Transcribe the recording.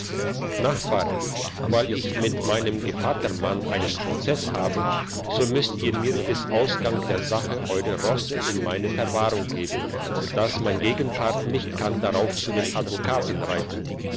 nachbar weil ich mit meinem gevattermann einen prozess habe so müsst ihr mir bis ausgang der sache eure rosse in meine verwahrung geben dass mein gegenpart nicht kann darauf zu den advokaten reiten